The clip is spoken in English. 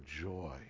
joy